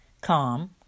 calm